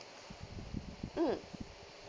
mm